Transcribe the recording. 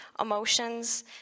emotions